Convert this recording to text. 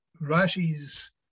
Rashi's